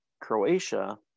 Croatia